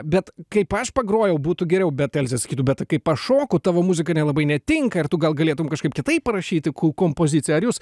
bet kaip aš pagrojau būtų geriau bet elzė sakytų bet kaip aš šoku tavo muzika nelabai netinka ir tu gal galėtum kažkaip kitaip parašyti ku kompoziciją ar jūs